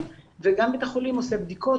וגם בית החולים עושה בדיקות.